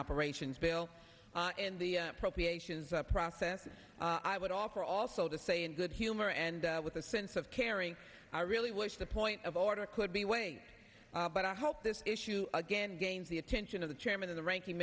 operations bill in the appropriations a process i would offer also to say in good humor and with a sense of caring i really wish the point of order could be waived but i hope this issue again gains the attention of the chairman of the ranking